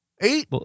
Eight